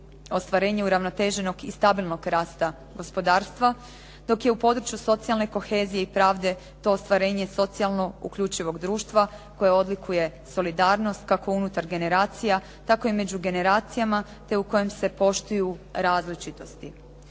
ostvarenje uravnoteženog i stabilnog rasta gospodarstva dok je u području socijalne kohezije i pravde to ostvarenje socijalno uključivog društva koje odlikuje solidarnost kako unutar generacija tako i među generacijama te u kojem se poštuju različitosti.